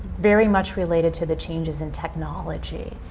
very much related to the changes in technology.